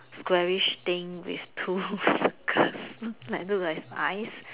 squarish thing with two circles like look like eyes